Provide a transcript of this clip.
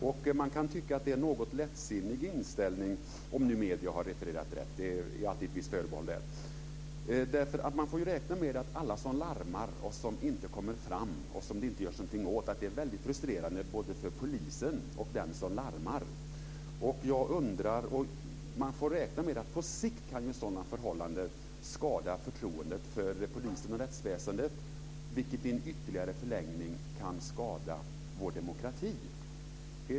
Om medierna har refererat rätt kan man tycka att detta är en något lättsinnig inställning. Man får räkna med att det är väldigt frustrerande både för polisen och för alla som står bakom larm när dylika inte beaktas. Man kan räkna med att sådana förhållanden på sikt kan skada förtroendet för polisen och för rättsväsendet, vilket i sin tur kan skada vår demokrati.